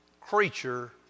creature